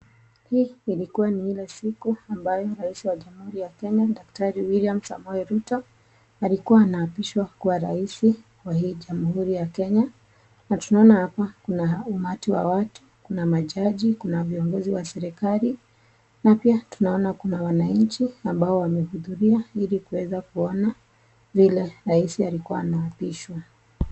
Hii ilikuwa ile siku rais mkuu wa Kenya daktari William Samoei Ruto, alikuwa anaapishwa kuwa rais wa hii jamhuri ya Kenya. Na tunaona hapa kuna umati wa watu na majaji. Kuna viongozi wa serikali. Na pia tunaona kuna wananchi ambao wamehudhuria ili kuweza kuona vile rais alikua anaapishwa.